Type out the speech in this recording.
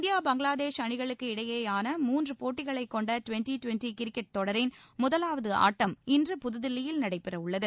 India Bangladesh அணிகளுக்கு இடையேயான மூன்று போட்டிகளைக் கொண்ட டுவன்டி டுவன்டி கிரிக்கெட் தொடரின் முதலாவது ஆட்டம் இன்று புதுதில்லியில் நடைபெறவுள்ளது